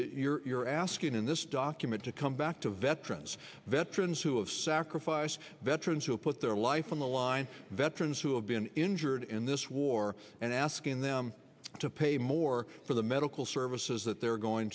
issue you're asking in this document to come back to veterans veterans who have sacrificed veterans who put their life on the line veterans who have been injured in this war and asking them to pay more for the medical services that they're going